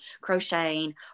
crocheting